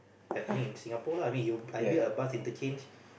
happening in Singapore lah I mean you I build a bus interchange